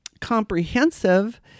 comprehensive